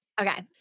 Okay